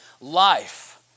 life